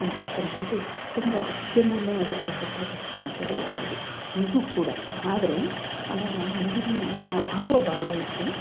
ಅಂತಕ್ಕಂಥದ್ದು ತುಂಬ ಅತ್ಯಮೂಲ್ಯವಾಗಿರತಕ್ಕಂಥ ವಸ್ತು ಅಂತ ಹೇಳ್ಬೋದು ಈಗೂ ಕೂಡ ಆದರೆ ಅವಾಗ ನೀರಿನ ಅಭಾವ ಭಾಳ ಇತ್ತು